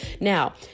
Now